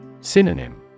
Synonym